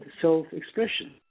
self-expression